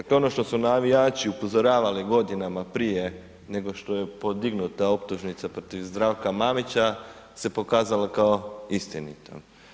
To je ono što su navijači upozoravali godinama prije nego što podignuta optužnica protiv Zdravka Mamića se pokazala kao istinitom.